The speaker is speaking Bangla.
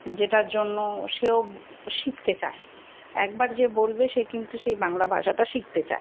যেটার জন্য সেও শিখতে চায় একবার যে বলবে সে কিন্তু সেই বাংলা ভাষাটা শিখতে চায়